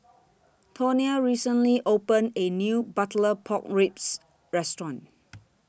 Tonia recently opened A New Butter Pork Ribs Restaurant